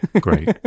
Great